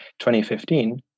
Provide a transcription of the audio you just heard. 2015